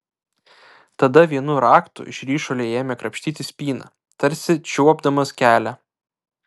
tada vienu raktu iš ryšulio ėmė krapštyti spyną tarsi čiuopdamas kelią